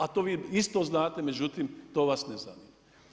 A to vi isto znate, međutim to vas ne zanima.